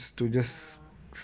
ya